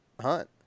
hunt